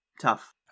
tough